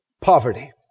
poverty